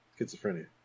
Schizophrenia